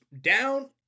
down